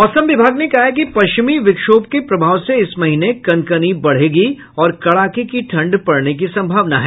मौसम विभाग ने कहा है कि पश्चिमी विक्षोभ के प्रभाव से इस महीने कनकनी बढ़ेगी और कड़ाके की ठंड पड़ने की संभावना है